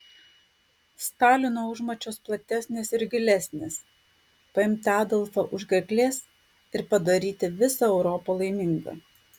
stalino užmačios platesnės ir gilesnės paimti adolfą už gerklės ir padaryti visą europą laimingą